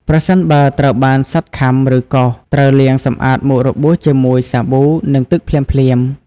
ប្រសិនបើត្រូវបានសត្វខាំ ឬកោស ត្រូវលាងសម្អាតមុខរបួសជាមួយសាប៊ូ និងទឹកភ្លាមៗ។